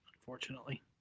Unfortunately